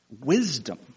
wisdom